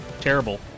terrible